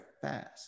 fast